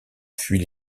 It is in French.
fuient